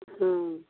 हुँ